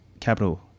capital